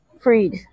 Freed